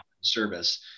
service